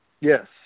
Yes